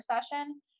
session